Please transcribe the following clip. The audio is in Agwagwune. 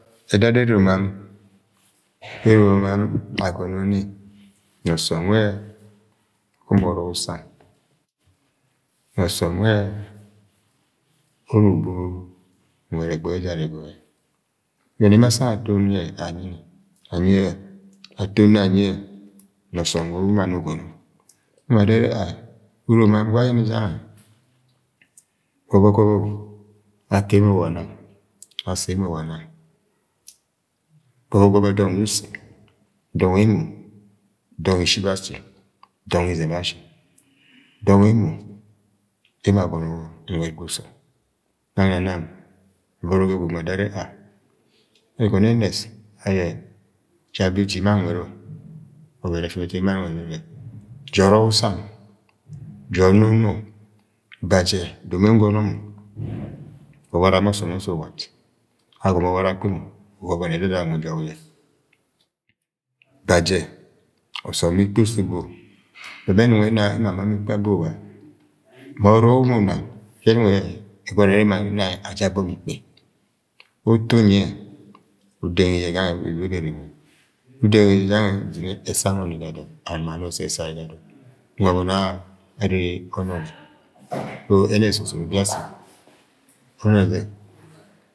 Edada eromo am. eromo am. eromo. am agọnọ ni na ọsọm we-e- uru uma ọrọk usang na ọsọm wẹ uru ubo nwẽd ẹgbẹgẹ ejara ẹgbẹgẹ den emo asang aton yẹ anyi ni, anye aton ni anyẹ na ọsọm wẹ umani ugọnọ emo ma adoro are-a-uromo am gwọ anye jẹ gangẹ gọbọ gọbọ akẹ emo wa nang asẹ emo wang gọbọ gọbọ dọng yẹ usẹ dọng emo dọng ye ship asi dọng izẹni ashi dọng emo nang na nam abọrọ ga ẹgwu gwu ma adoro are-a-egọnọ ẹnẹst ja ga ọvẹn ẹfimi ẹtu ye emo a ung adoro yẹ ja ọrọk usang ja onu unu. bajẹ. domo yẹ nọgọnọ mọ owara ma ọsọm usu uwat agọmọ owara akpi mọ uwo boni ẹdada nwe ujog yẹ bajẹ. ọsọm ikpẹ usu ubo ma bẹ ẹnung ẹna yẹ ama mọ ikpẹ usu ubo ma bẹ enung ẹna yẹ ama mọ ikpe abo wa-a-ma ọrọk yẹ uma-ma ẹgọnọ ere mẹ ẹna yẹ aja abo mọ ikpe uto unyẹ udenyi yẹ gange ga ibẹbẹrẹ nwẹ udenyi yẹ jangẹ uzine. esa mọni ga adọn and ma nọ sẹ ẹsa yẹ ga adon nungo aboni ane ga ọnọnẹ ẹnẹst ọsọm ubi asi